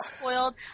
spoiled